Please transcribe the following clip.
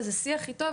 וזה שיח איתו,